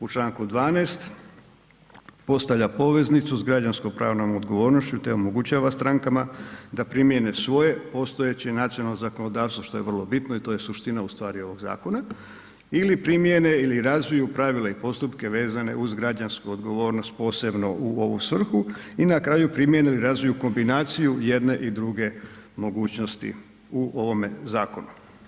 U Članku 12. postavlja poveznicu s građansko pravnom odgovornošću te omogućava strankama da primjene svoje postojeće nacionalno zakonodavstvo, što je vrlo bitno i to je suština u stvari ovog zakona ili primjene ili razviju pravila i postupke vezane uz građansku odgovornost posebno u ovu svrhu i na kraju primjene i razviju kombinaciju jedne i druge mogućnosti u ovome zakonu.